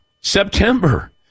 September